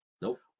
Nope